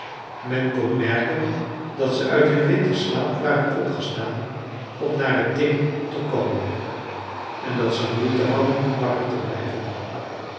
men kon merken dat ze uit hun winterslaap waren opgestaan om naar het ting te komen en dat ze moeite hadden wakker te blijven